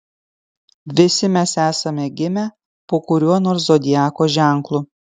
visi mes esame gimę po kuriuo nors zodiako ženklu